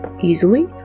easily